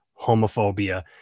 homophobia